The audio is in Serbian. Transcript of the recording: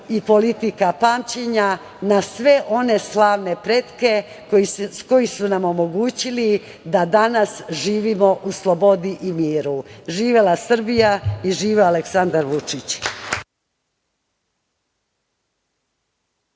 i politika pamćenja na sve one slavne pretke koji su nam omogućili da danas živimo u slobodi i miru. Živela Srbija i živeo Aleksandar Vučić!